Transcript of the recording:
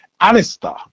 Alistair